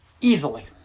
easily